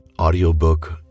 audiobook